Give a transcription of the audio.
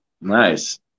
nice